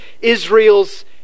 Israel's